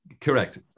correct